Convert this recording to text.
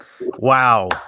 wow